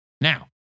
Now